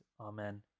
Amen